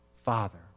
Father